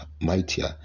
mightier